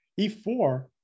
E4